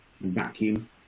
vacuum